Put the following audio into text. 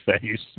face